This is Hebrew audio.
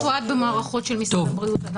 לא מתועד במערכות של משרד הבריאות.